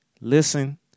listen